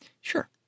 Sure